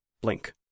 blink